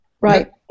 Right